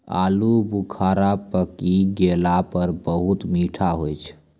आलू बुखारा पकी गेला पर बहुत मीठा होय छै